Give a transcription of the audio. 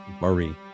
Marie